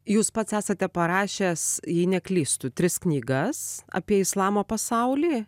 jūs pats esate parašęs jei neklystu tris knygas apie islamo pasaulį